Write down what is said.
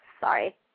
Sorry